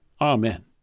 Amen